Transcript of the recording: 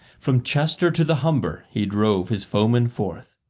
from chester to the humber he drove his foemen forth.